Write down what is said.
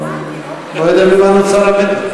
לא יודע ממה נוצר המתח.